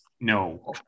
no